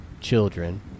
children